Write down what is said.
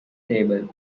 table